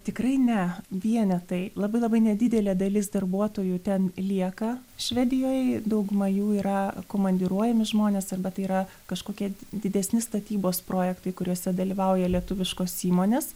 tikrai ne vienetai labai labai nedidelė dalis darbuotojų ten lieka švedijoj dauguma jų yra komandiruojami žmonės arba tai yra kažkokie didesni statybos projektai kuriuose dalyvauja lietuviškos įmonės